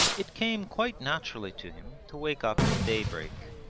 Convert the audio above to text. it came quite naturally to him to wake up at daybreak.